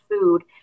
food